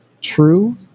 true